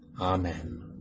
Amen